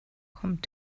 kommt